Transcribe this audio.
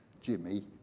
Jimmy